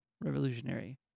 revolutionary